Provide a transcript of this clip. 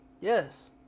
Yes